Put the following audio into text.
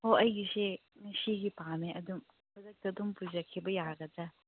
ꯑꯣ ꯑꯩꯒꯤꯁꯦ ꯉꯁꯤꯒꯤ ꯄꯥꯝꯃꯦ ꯑꯗꯨꯝ ꯈꯨꯗꯛꯇ ꯑꯗꯨꯝ ꯄꯨꯖꯈꯤꯕ ꯌꯥꯒꯗ꯭ꯔꯥ